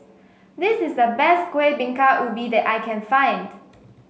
this is the best Kuih Bingka Ubi that I can find